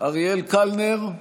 אריאל קלנר,